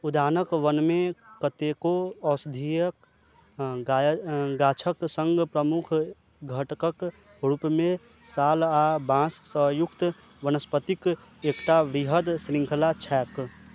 उद्यानक वनमे कतेको औषधीय गाछक सङ्ग प्रमुख घटकके रूपमे साल आ बाँससँ युक्त वनस्पतिक एकटा वृहद श्रृंखला छैक